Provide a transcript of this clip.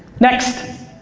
next.